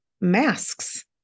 masks